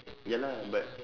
ya lah but